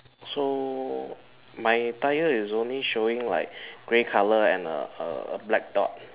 so my tire is only showing like grey colour and a a a black top